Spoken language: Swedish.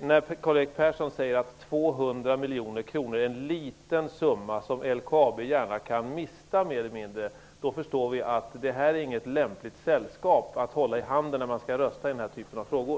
När Karl-Erik Persson säger att 200 miljoner kronor är en liten summa som LKAB gärna mer eller mindre kan mista, förstår vi att det inte är något lämpligt sällskap att hålla i handen när man skall rösta i den här typen av frågor.